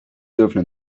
dürfen